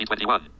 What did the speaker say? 2021